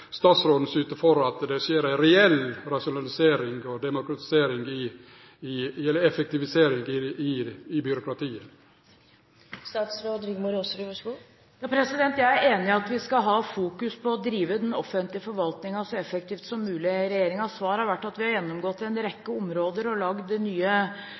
reell rasjonalisering og effektivisering i byråkratiet? Jeg er enig i at vi skal fokusere på å drive den offentlige forvaltningen så effektivt som mulig. Regjeringens svar er at vi har gjennomgått en rekke områder og lagd nye